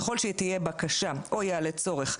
ככל שתהיה בקשה או יעלה צורך,